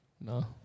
No